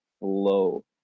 low